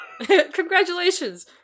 Congratulations